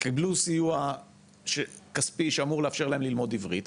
קיבלו סיוע כספי שאמור לאפשר להם ללמוד עברית,